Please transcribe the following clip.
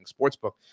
Sportsbook